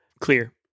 Clear